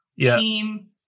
team